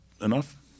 enough